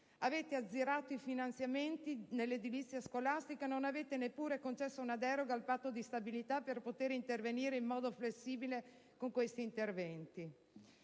Avete azzerato i finanziamenti nell'edilizia scolastica e non avete neppure concesso una deroga al Patto di stabilità per poter intervenire in modo flessibile con questi interventi.